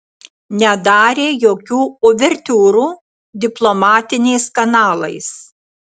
nedarė jokių uvertiūrų diplomatiniais kanalais